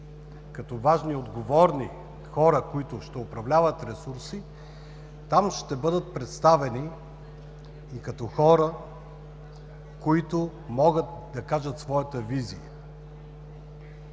като важни и отговорни хора, които ще управляват ресурси, там ще бъдат представени и като хора, които могат да кажат своята визия,